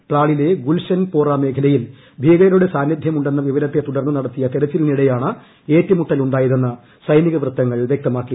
ട്രാലിലെ ഗുൽഷൻ പോറ മേഖലയിൽ ഭീകരരുടെ സാന്നിധ്യമുണ്ടെന്ന വിവരത്തെ തുടർന്ന് നടത്തിയ തിരച്ചിലിനിടെയാണ് ഏറ്റുമുട്ടലുണ്ടായതെന്ന് സൈനിക വൃത്തങ്ങൾ വൃക്തമാക്കി